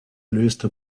löste